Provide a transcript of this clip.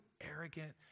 arrogant